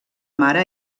mare